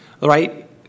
right